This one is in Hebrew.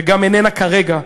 וגם איננה כרגע,